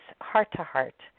heart-to-heart